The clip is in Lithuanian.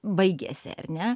baigėsi ar ne